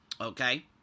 okay